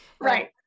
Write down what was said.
Right